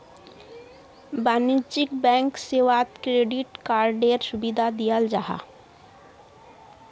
वाणिज्यिक बैंक सेवात क्रेडिट कार्डएर सुविधा दियाल जाहा